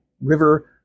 River